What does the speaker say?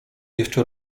jeszcze